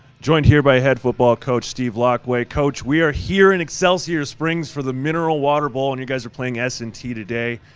joined here by head football coach, steve laqua, coach, we are here in excelsior springs for the mineral water bowl and you guys are playing s and t today.